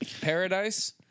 Paradise